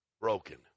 broken